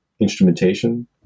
instrumentation